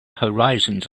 horizons